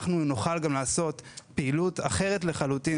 אנחנו נוכל גם לעשות פעילות אחרת לחלוטין,